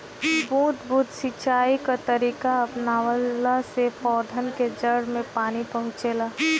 बूंद बूंद सिंचाई कअ तरीका अपनवला से पौधन के जड़ में पानी पहुंचेला